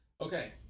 Okay